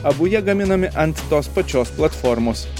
abu jie gaminami ant tos pačios platformos